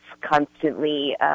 constantly